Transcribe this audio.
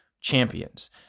champions